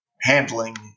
handling